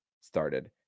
started